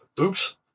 Oops